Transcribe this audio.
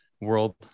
world